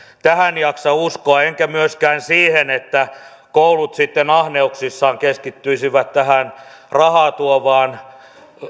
tähän jaksa uskoa enkä myöskään siihen että koulut ahneuksissaan keskittyisivät tähän rahaa tuovaan